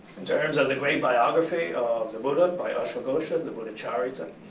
in terms of the great biography of the buddha by asvaghosa, and the buddhacharita,